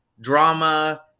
drama